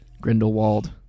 Grindelwald